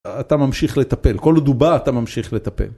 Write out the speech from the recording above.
אתה ממשיך לטפל, כל עוד הוא בא אתה ממשיך לטפל.